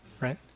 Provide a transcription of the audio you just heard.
Right